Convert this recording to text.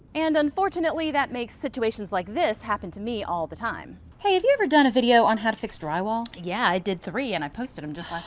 and unfortunately, that makes situations like this happen to me all the time hey have you ever done a video on how to fix drywall? yeah i did three and i posted them just ah